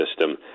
system